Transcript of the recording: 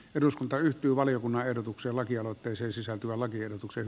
eduskunta ryhtyy valiokunnan ehdotuksen lakialoitteeseen sisältyvän lakiehdotuksen